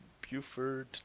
Buford